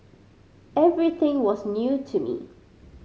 everything was new to me